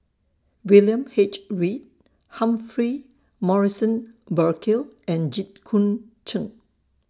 William H Read Humphrey Morrison Burkill and Jit Koon Ch'ng